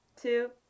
two